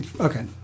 Okay